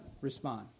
respond